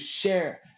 share